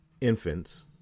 infants